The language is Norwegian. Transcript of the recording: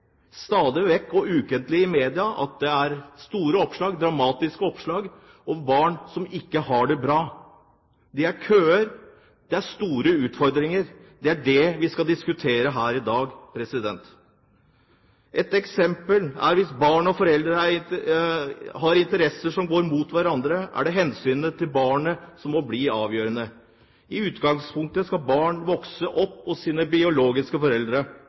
stadig vekk og ukentlig i media store oppslag, dramatiske oppslag om barn som ikke har det bra. Det er køer, og det er store utfordringer. Det er det vi skal diskutere her i dag. Hvis f.eks. barn og foreldre har interesser som står mot hverandre, er det hensynet til barnet som må bli avgjørende. I utgangspunktet skal barn vokse opp hos sine biologiske foreldre.